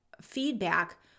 feedback